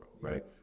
right